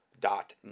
dot